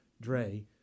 Dre